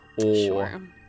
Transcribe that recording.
Sure